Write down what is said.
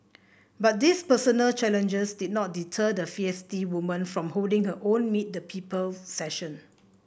but these personal challenges did not deter the feisty woman from holding her own Meet the People session